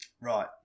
Right